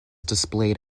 displayed